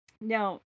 now